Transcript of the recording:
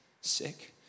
sick